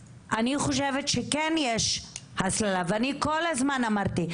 אני חושבת שכן יש הסללה ואני כל הזמן אמרתי,